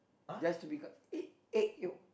just to become egg egg yolk